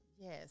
yes